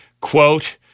Quote